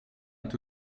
est